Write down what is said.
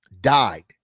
died